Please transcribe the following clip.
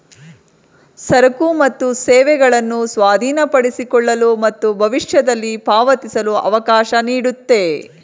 ಸರಕು ಮತ್ತು ಸೇವೆಗಳನ್ನು ಸ್ವಾಧೀನಪಡಿಸಿಕೊಳ್ಳಲು ಮತ್ತು ಭವಿಷ್ಯದಲ್ಲಿ ಪಾವತಿಸಲು ಅವಕಾಶ ನೀಡುತ್ತೆ